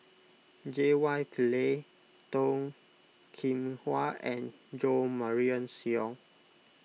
J Y Pillay Toh Kim Hwa and Jo Marion Seow